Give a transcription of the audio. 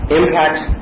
impacts